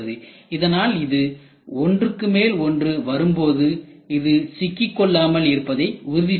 இதனால் இது ஒன்றுக்கு மேல் ஒன்று வரும்போது இது சிக்கிக்கொள்ளாமல் இருப்பதை உறுதி செய்கிறது